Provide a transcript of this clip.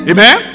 Amen